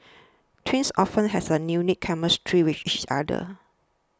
twins often has a unique chemistry with each other